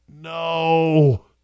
no